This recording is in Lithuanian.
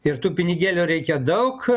ir tų pinigėlių reikia daug